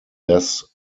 less